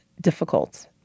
difficult